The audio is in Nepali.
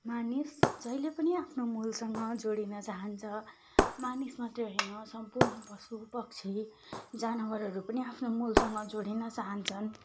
मानिस जैले पनि आफ्नो मूलसँग जोडिन चाहन्छ मानिस मात्र हैन सम्पूर्ण पशुपक्षीहरू जानवरहरू पनि आफ्नो मूलसँग जोडिन चाहन्छन्